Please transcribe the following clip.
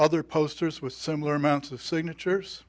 other posters with similar amounts of signatures